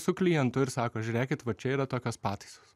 su klientu ir sako žiūrėkit va čia yra tokios pataisos